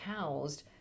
housed